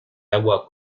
agua